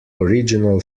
original